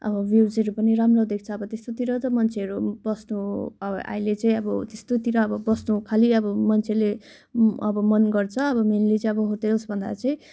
अब भ्यूस्हरू पनि राम्रो देख्छ अब त्यस्तोतिर त मान्छेहरू बस्नु अब अहिले चाहिँ अब त्यस्तोतिर अब बस्नु खालि मान्छेले अब मन गर्छ मेनली चाहिँ अब होटेल्स भन्दा चाहिँ